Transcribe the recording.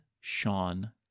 Sean